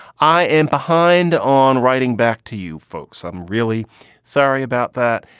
i am behind on writing. back to you folks. i'm really sorry about that.